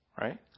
Right